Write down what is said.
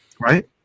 right